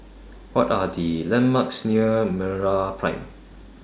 What Are The landmarks near Meraprime